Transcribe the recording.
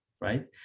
right